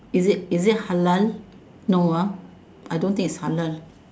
is it is it halal no ah I don't think is halal